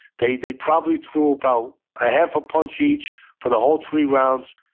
they they probably threw about a half a punch each for the whole three rounds.